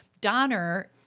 Donner